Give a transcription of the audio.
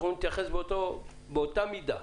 אנחנו נתייחס באותה מידה.